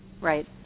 Right